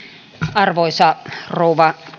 arvoisa rouva